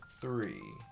three